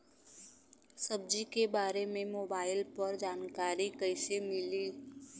सब्जी के बारे मे मोबाइल पर जानकारी कईसे मिली?